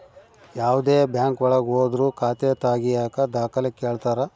ಯಾವ್ದೇ ಬ್ಯಾಂಕ್ ಒಳಗ ಹೋದ್ರು ಖಾತೆ ತಾಗಿಯಕ ದಾಖಲೆ ಕೇಳ್ತಾರಾ